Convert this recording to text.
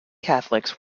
catholics